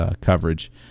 coverage